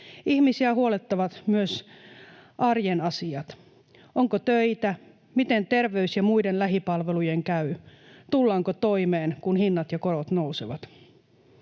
Ihmisiä huolettavat myös arjen asiat. Onko töitä? Miten terveys- ja muiden lähipalvelujen käy? Tullaanko toimeen, kun hinnat ja korot nousevat?